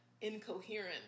incoherent